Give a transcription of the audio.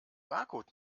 barcode